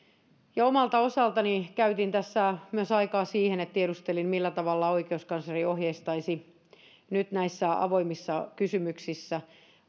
omalta osaltani käytin tässä myös aikaa siihen että tiedustelin millä tavalla oikeuskansleri ohjeistaisi nyt näissä avoimissa kysymyksissä